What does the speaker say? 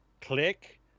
click